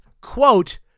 quote